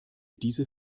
diese